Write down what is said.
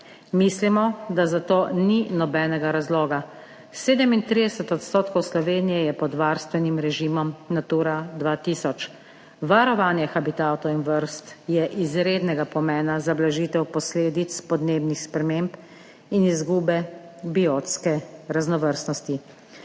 Mislimo, da za to ni nobenega razloga. 37 % Slovenije je pod varstvenim režimom Natura 2000. Varovanje habitatov in vrst je izrednega pomena za blažitev posledic podnebnih sprememb in izgube biotske raznovrstnosti,